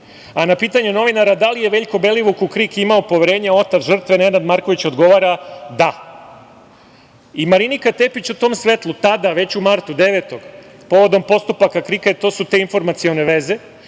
pitanje novinara – da li je Veljko Belivuk u KRIK imao poverenje, otac žrtve Nenad Marković odgovara – Da. Marinika Tepić u tom svetlu, tada, već u martu, 9. povodom postupaka KRIK-a to su te informacione veze,